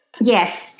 Yes